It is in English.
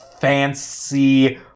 fancy